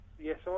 Yes